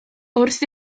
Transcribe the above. wrth